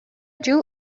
жыл